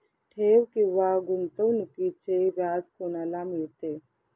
ठेव किंवा गुंतवणूकीचे व्याज कोणाला मिळते?